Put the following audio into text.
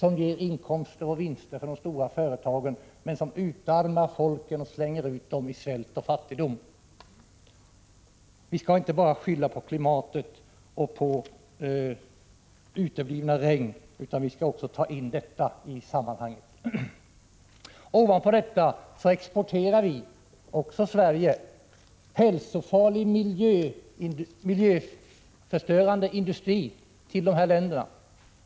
De ger ju inkomster och vinster åt de stora företagen, men utarmar folken och slänger ut dem i svält och fattigdom. Vi skall inte bara skylla på klimatet och påuteblivna regn, utan vi skall också ta in detta i sammanhanget. Därtill exporterar vi — också Sverige — hälsofarlig miljöförstörande industri till de här länderna.